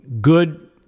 good